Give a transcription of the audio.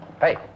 Hey